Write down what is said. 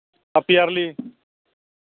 half yearly